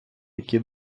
які